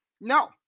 No